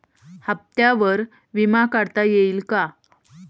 हप्त्यांवर विमा काढता येईल का?